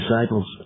disciples